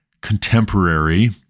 contemporary